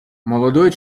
молодой